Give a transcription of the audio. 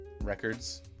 records